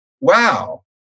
wow